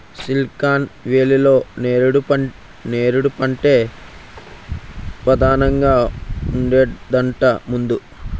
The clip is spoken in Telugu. సిలికాన్ వేలీలో నేరేడు పంటే పదానంగా ఉండేదట ముందు